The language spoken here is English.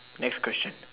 next question